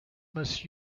must